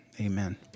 amen